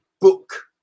book